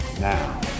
now